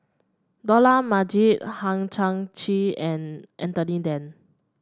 Dollah Majid Hang Chang Chieh and Anthony Then